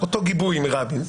גיבוי מרבין.